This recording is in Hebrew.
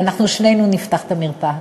ואנחנו שנינו נפתח את המרפאה.